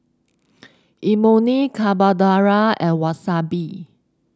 Imoni Carbonara and Wasabi